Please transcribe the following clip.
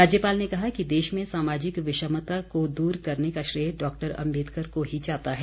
राज्यपाल ने कहा कि देश में सामाजिक विषमता को दूर करने का श्रेय डॉक्टर अम्बेदकर को ही जाता है